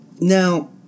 Now